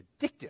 addictive